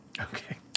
Okay